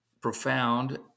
profound